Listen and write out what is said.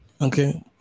Okay